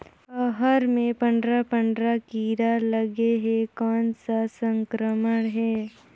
अरहर मे पंडरा पंडरा कीरा लगे हे कौन सा संक्रमण हे?